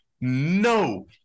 no